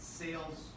sales